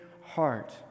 heart